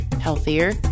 healthier